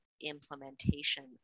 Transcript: implementation